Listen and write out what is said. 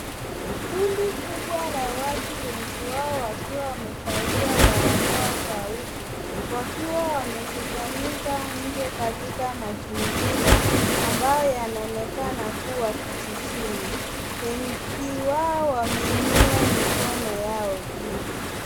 Kundi kubwa la watu wengi wao wakiwa wamevalia barakoa za uso, wakiwa wamekusanyika nje katika mazingira ambayo yanaonekana kuwa kijijini. Wengi wao wameinua mikono yao juu.